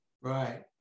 Right